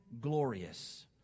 glorious